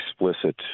explicit